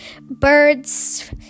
birds